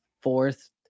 fourth